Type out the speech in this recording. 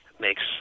makes